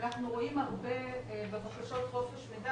אנחנו רואים הרבה בבקשות חופש מידע